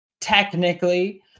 technically